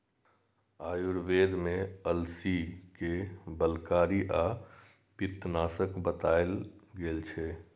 आयुर्वेद मे अलसी कें बलकारी आ पित्तनाशक बताएल गेल छै